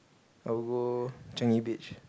I would go Changi-Beach